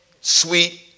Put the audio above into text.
sweet